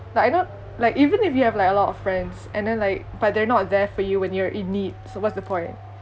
like I know like even if you have like a lot of friends and then like but they're not there for you when you're in need so what's the point